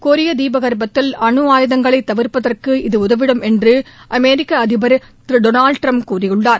கொரிய தீபகற்பத்தில் அனு ஆயுதங்களை தவிர்ப்பதற்கு இது உதவிடும் என்று அமெிக்க அதிபர் திரு டொனால்டு ட்ரம்ப் கூறியுள்ளார்